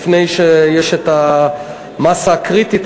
לפני שיש מאסה קריטית,